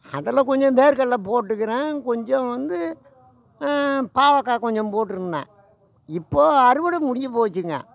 அதில் கொஞ்சம் வேர்க்கடலை போட்டுருக்கிறேன் கொஞ்சம் வந்து பாவக்காய் கொஞ்சம் போட்டுருந்தேன் இப்போது அறுவடை முடிஞ்சு போச்சுங்க